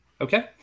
Okay